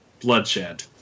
bloodshed